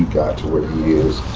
got to where he is,